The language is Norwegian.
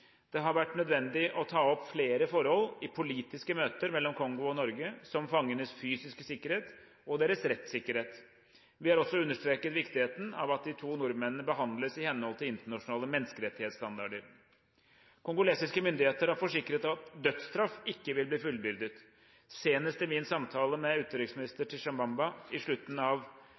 Det har vært nødvendig å ta opp flere forhold i politiske møter mellom Kongo og Norge, slik som fangenes fysiske sikkerhet og deres rettssikkerhet. Vi har også understreket viktigheten av at de to nordmennene behandles i henhold til internasjonale menneskerettighetsstandarder. Kongolesiske myndigheter har forsikret at dødsstraff ikke vil bli fullbyrdet. Senest i min samtale med utenriksminister Tshibanda i slutten av